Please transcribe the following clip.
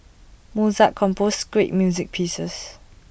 Mozart composed great music pieces